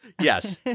Yes